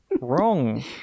wrong